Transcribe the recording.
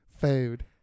Food